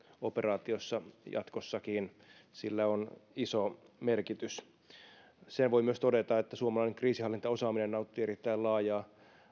operaatiossa jatkossakin sillä on iso merkitys sen voin myös todeta että suomalainen kriisinhallintaosaaminen nauttii erittäin laajaa